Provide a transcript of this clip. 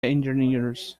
engineers